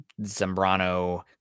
Zambrano